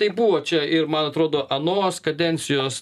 tai buvo čia ir man atrodo anos kadencijos